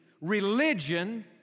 religion